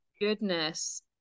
Goodness